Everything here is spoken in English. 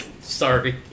Sorry